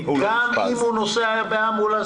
גם אם הוא נוסע באמבולנס?